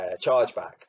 chargeback